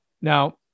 Now